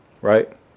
right